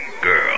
girl